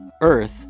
Earth